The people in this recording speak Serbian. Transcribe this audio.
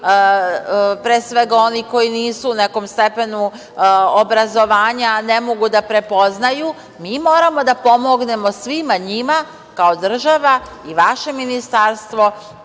pre svega oni koji nisu u nekom stepenu obrazovanja, ne mogu da prepoznaju. Mi moramo da pomognemo svima njima, kao država, i vaše ministarstvo